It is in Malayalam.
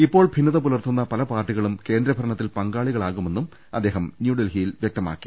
ഇപ്പോൾ ഭിന്നത് പുലർത്തുന്ന പല പാർട്ടി കളും കേന്ദ്ര ഭരണത്തിൽ പങ്കാളികളാകുമെന്നും അദ്ദേഹം ന്യൂഡൽഹി യിൽ പറഞ്ഞു